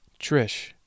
Trish